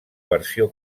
versió